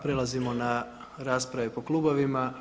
Prelazimo na rasprave po klubovima.